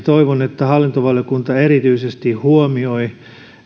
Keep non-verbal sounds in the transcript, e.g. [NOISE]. [UNINTELLIGIBLE] toivon että hallintovaliokunta sen erityisesti huomioi se